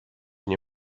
nie